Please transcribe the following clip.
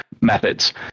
methods